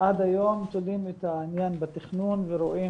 עד היום תולים את העניין בתכנון ורואים